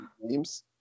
names